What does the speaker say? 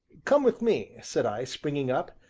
come with me, said i, springing up,